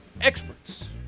experts